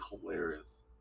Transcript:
hilarious